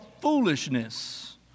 foolishness